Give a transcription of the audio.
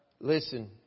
Listen